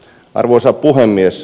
arvoisa puhemies